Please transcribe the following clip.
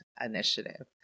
initiative